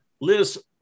Liz